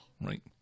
Right